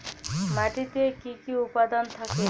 মাটিতে কি কি উপাদান থাকে?